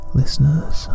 listeners